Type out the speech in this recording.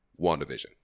WandaVision